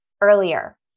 earlier